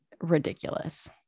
ridiculous